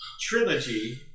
trilogy